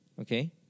Okay